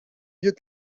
mieux